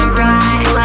right